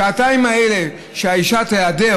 השעתיים האלה שהאישה תיעדר,